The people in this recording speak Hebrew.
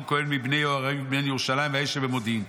כהן מבני יהויריב מירושלים וישב במודיעים.